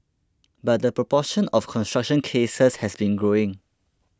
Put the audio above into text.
but the proportion of construction cases has been growing